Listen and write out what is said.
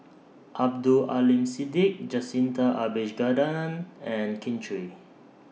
Abdul Aleem Siddique Jacintha Abisheganaden and Kin Chui